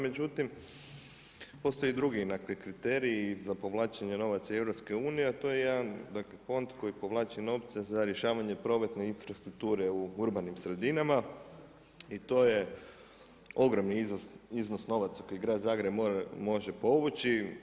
Međutim, postoji i drugi nekakvi kriteriji za povlačenje novaca iz EU-a a to je jedan fond koji povlači novce za rješavanje prometne infrastrukture u urbanim sredinama i to je ogromni iznos novaca koji grad Zagreb može povući.